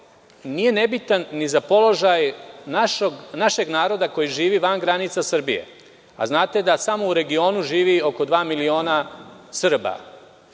nije nebitan ni za položaj našeg naroda koji živi van granica Srbije. Znate da samo u regionu živi oko dva miliona Srba.